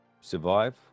survive